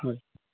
হয়